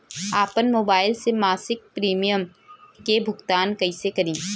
आपन मोबाइल से मसिक प्रिमियम के भुगतान कइसे करि?